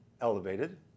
elevated